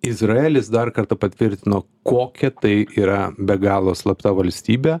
izraelis dar kartą patvirtino kokia tai yra be galo slapta valstybė